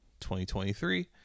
2023